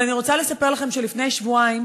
אבל אני רוצה לספר לכם שלפני שבועיים